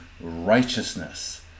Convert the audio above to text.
righteousness